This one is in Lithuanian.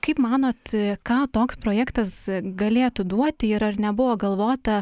kaip manot ką toks projektas galėtų duoti ir ar nebuvo galvota